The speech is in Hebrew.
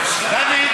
ביטן.